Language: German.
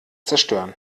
zerstören